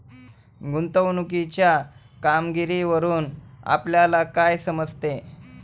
गुंतवणुकीच्या कामगिरीवरून आपल्याला काय समजते?